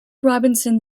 robinson